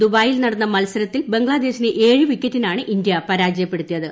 ദുബായിൽ നടന്ന മത്സരത്തിൽ ബംഗ്ലാദേശിനെ ഏഴ് വിക്കറ്റിനാണ് ഇന്ത്യ പരാജയപ്പെടുത്തിയത്